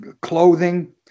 clothing